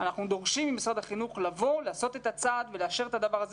אנחנו דורשים ממשרד החינוך לעשות את הצעד ולאשר את הדבר הזה